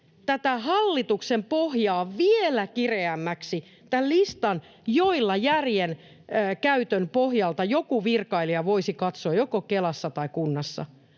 hallituksen pohjaa vielä kireämmäksi tämän listan, jolla järjen käytön pohjalta joku virkailija voisi katsoa joko Kelassa tai kunnassa,